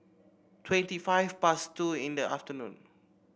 twenty five past two in the afternoon